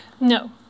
No